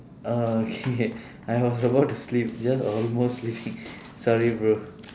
uh okay I was about to sleep just almost sleeping sorry bro